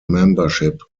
membership